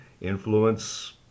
influence